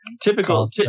Typical